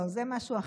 לא, זה משהו אחר.